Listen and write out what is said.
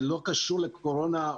זה לא קשור לקורונה,